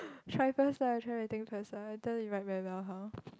try first lah try writing first ah later you write very well how